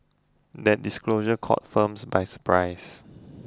that disclosure caught firms by surprise